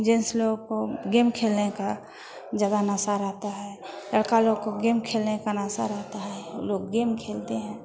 gents लोग को game खेलने का ज़्यादा नशा रहता है लड़के लोग को गेम खेलने का नशा रहता है वो लोग गेम खेलते हैं